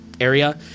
area